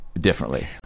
differently